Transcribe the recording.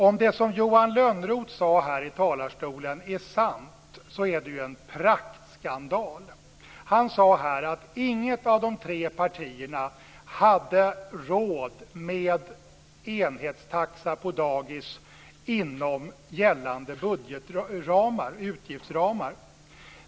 Om det som Johan Lönnroth sade här i talarstolen är sant så är det en praktskandal. Han sade att inget av de tre partierna hade råd med enhetstaxa på dagis inom gällande utgiftsramar.